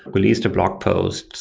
released a blog post.